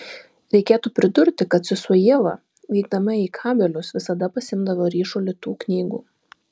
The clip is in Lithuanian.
reikėtų pridurti kad sesuo ieva vykdama į kabelius visada pasiimdavo ryšulį tų knygų